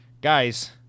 guys